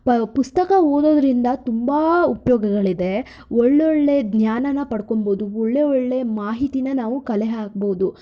ಪ ಪುಸ್ತಕ ಓದೋದ್ರಿಂದ ತುಂಬ ಉಪಯೋಗಗಳಿದೆ ಒಳ್ಳೊಳ್ಳೆ ಜ್ಞಾನನ ಪಡ್ಕೊಬೌದು ಒಳ್ಳೆ ಒಳ್ಳೆ ಮಾಹಿತಿನ ನಾವು ಕಲೆ ಹಾಕ್ಬೌದು